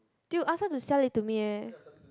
dude ask her to sell it to me eh